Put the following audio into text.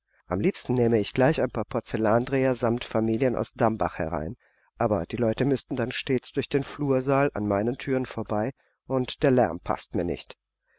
am liebsten nähme ich gleich ein paar porzellandreher samt familien aus dambach herein aber die leute müßten dann stets durch den flursaal an meinen thüren vorbei und der lärm paßt mir nicht